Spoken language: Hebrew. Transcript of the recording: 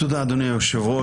תודה, אדוני היושב-ראש.